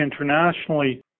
internationally